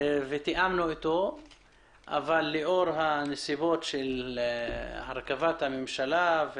אבל לאור הנסיבות של הרכבת הממשלה,